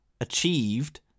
achieved